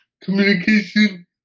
communication